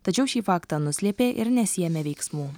tačiau šį faktą nuslėpė ir nesiėmė veiksmų